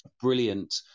brilliant